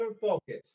focus